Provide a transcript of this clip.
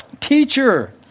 Teacher